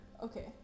Okay